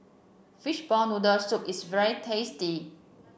Fishball Noodle Soup is very tasty